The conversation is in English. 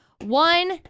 one